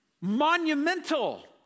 monumental